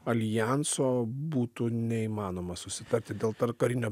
aljanso būtų neįmanoma susitarti dėl tarpkarinio